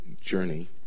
journey